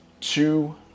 two